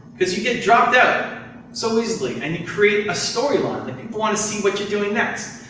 because you get dropped out so easily, and you create a storyline. and people want to see what you're doing next.